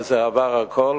וזה עבר הכול,